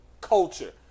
culture